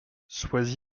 sois